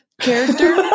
character